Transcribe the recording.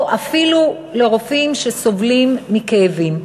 או אפילו לחולים שסובלים מכאבים.